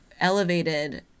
elevated